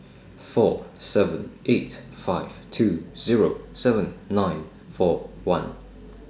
four seven eight five two Zero seven nine four one